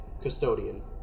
custodian